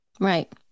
Right